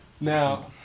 Now